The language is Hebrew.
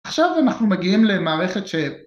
עכשיו אנחנו מגיעים למערכת ש...